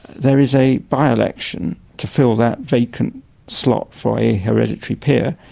there is a by-election to fill that vacant slot for a hereditary peer,